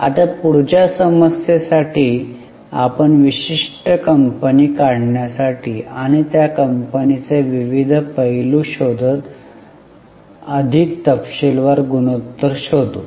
आता पुढच्या समस्येमध्ये आपण विशिष्ट कंपनी काढण्यासाठी आणि त्या कंपनीचे विविध पैलू शोधत अधिक तपशीलवार गुणोत्तर शोधू